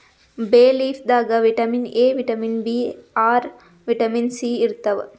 ಬೇ ಲೀಫ್ ದಾಗ್ vitamin A, vitamin B ಆರ್, ವಿಟಮಿನ್ ಸಿ ಇರ್ತವ್